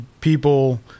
people